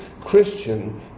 Christian